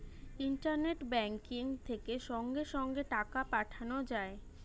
internet banking থেকে সঙ্গে সঙ্গে টাকা পাঠানো যায়